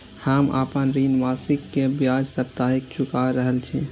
हम आपन ऋण मासिक के ब्याज साप्ताहिक चुका रहल छी